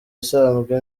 isanzwe